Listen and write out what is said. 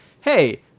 hey